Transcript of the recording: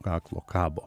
kaklo kabo